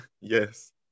Yes